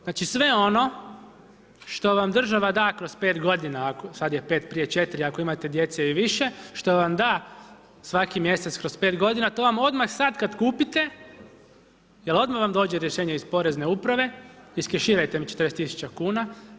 Znači sve ono što vam država da kroz 5 godina, sada je 5, prije 4, ako imate djece i više, što vam da, svaki mjesec kroz 5 godina to vam odmah sada kada kupite, jer odmah vam dođe rješenje iz porezne uprave, iskeširajte mi 40 tisuća kuna.